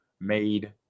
made